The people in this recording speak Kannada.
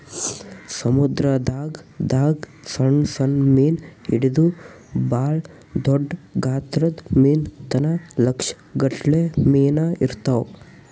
ಸಮುದ್ರದಾಗ್ ದಾಗ್ ಸಣ್ಣ್ ಸಣ್ಣ್ ಮೀನ್ ಹಿಡದು ಭಾಳ್ ದೊಡ್ಡ್ ಗಾತ್ರದ್ ಮೀನ್ ತನ ಲಕ್ಷ್ ಗಟ್ಲೆ ಮೀನಾ ಇರ್ತವ್